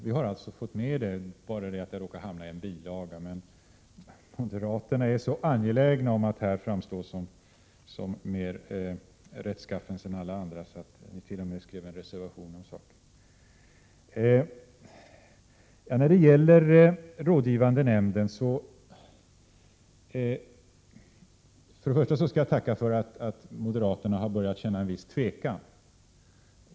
Vi har alltså fått det med, fastän det har råkat hamna i en bilaga, men moderaterna är så angelägna att här framstå mer rättsskaffens än alla andra att ni t.o.m. har skrivit en reservation om saken. När det gäller den rådgivande nämnden vill jag först tacka för att moderaterna har börjat känna en viss tvekan.